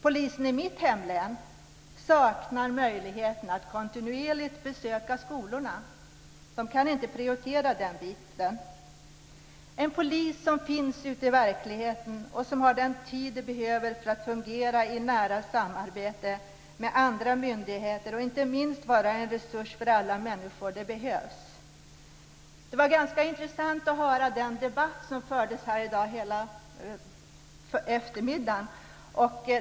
Polisen i mitt hemlän saknar möjligheten att kontinuerligt besöka skolorna. Man kan inte prioritera den biten. En polis som finns ute i verkligheten och som har den tid som behövs för att fungera i nära samarbete med andra myndigheter, och inte minst vara en resurs för alla människor - det behövs! Det var ganska intressant att höra den debatt som fördes här i dag under hela eftermiddagen.